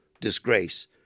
disgrace